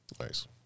nice